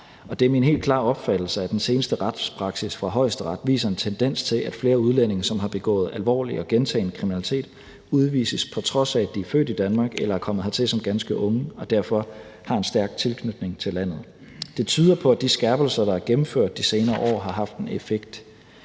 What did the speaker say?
det er min helt klare opfattelse, at den seneste retspraksis fra Højesteret viser en tendens til, at flere udlændinge, som har begået alvorlig og gentagen kriminalitet, udvises, på trods af at de er født i Danmark eller er kommet hertil som ganske unge og derfor har en stærk tilknytning til landet. Det tyder på, at de skærpelser, der er gennemført de senere år, har haft en effekt.